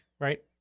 right